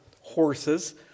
horses